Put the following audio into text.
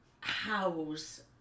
house